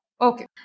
Okay